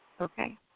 Okay